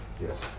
Yes